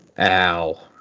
Ow